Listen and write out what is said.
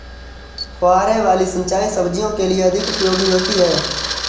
फुहारे वाली सिंचाई सब्जियों के लिए अधिक उपयोगी होती है?